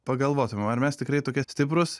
pagalvot ar mes tikrai tokie stiprūs